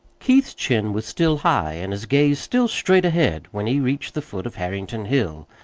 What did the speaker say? keith's chin was still high and his gaze still straight ahead when he reached the foot of harrington hill.